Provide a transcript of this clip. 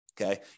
Okay